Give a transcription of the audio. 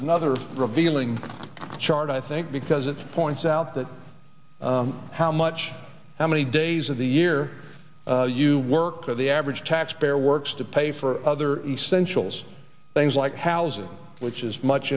another revealing chart i think because it's points out that how much how many days of the year you work for the average taxpayer works to pay for other essentials things like housing which is much